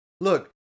Look